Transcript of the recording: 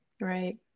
right